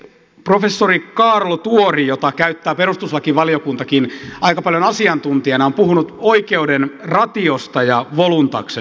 professori kaarlo tuori jota käyttää perustuslakivaliokuntakin aika paljon asiantuntijana on puhunut oikeuden ratiosta ja voluntaksesta